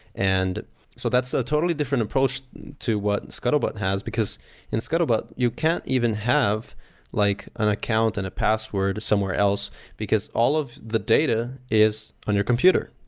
and so that's a totally different approach to what and scuttlebutt has because in scuttlebutt you can't even have like an account and a password somewhere else because all of the data is on your computer.